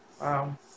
Wow